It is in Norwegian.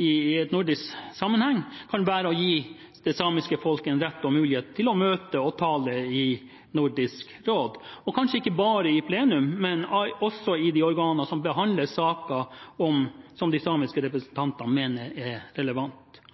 i nordisk sammenheng kan være å gi det samiske folk en rett og en mulighet til å møte og tale i Nordisk råd, og kanskje ikke bare i plenum, men også i de organer som behandler saker som de samiske representantene mener er